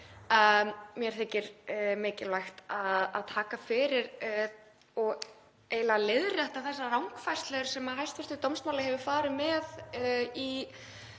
Mér þykir mikilvægt að taka fyrir og eiginlega leiðrétta þessar rangfærslur sem hæstv. dómsmálaráðherra hefur farið með í